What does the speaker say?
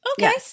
Okay